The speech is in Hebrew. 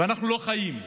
ואנחנו לא חיים.